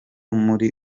muri